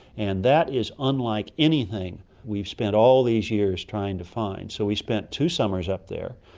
and that is unlike anything we've spent all these years trying to find. so we spent two summers up there.